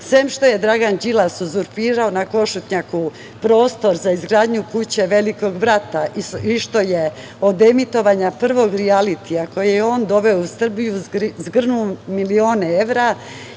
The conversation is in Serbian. što je Dragan Đilas uzurpirao na Košutnjaku prostor za izgradnju kuće Velikog brata, i što je od emitovanja prvog rijalitija, koje je on doveo u Srbiju i zgrnuo milione evra,